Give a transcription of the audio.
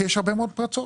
כי יש הרבה מאוד פרצות.